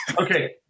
Okay